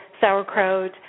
sauerkraut